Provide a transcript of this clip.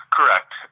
Correct